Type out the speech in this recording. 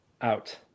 out